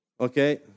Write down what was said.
Okay